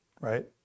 right